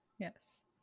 Yes